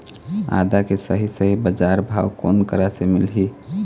आदा के सही सही बजार भाव कोन करा से मिलही?